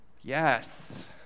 Yes